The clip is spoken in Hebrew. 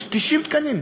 יש 90 תקנים,